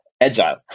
agile